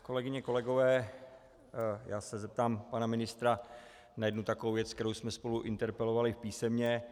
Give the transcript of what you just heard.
Kolegyně, kolegové, já se zeptám pana ministra na jednu takovou věc, kterou jsme spolu interpelovali písemně.